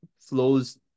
flows